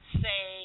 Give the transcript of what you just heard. say